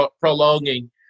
prolonging